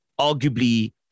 arguably